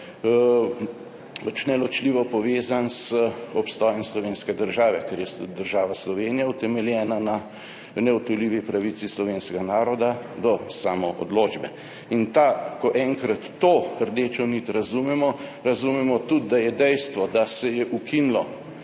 neločljivo povezan z obstojem slovenske države, ker je država Slovenija utemeljena na neodtujljivi pravici slovenskega naroda do samoodločbe. In ko enkrat to rdečo nit razumemo, razumemo tudi, da ima dejstvo, da se je ukinilo